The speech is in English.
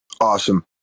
Awesome